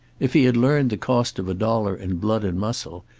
if he had learned the cost of a dollar in blood and muscle,